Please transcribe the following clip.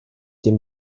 dem